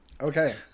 Okay